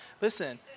Listen